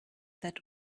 that